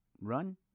run